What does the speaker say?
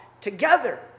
together